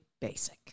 basic